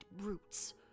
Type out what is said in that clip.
brutes